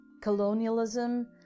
colonialism